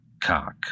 cock